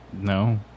No